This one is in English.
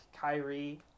Kyrie